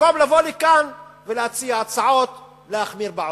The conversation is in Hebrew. במקום לבוא לכאן ולהציע הצעות להחמיר בעונש.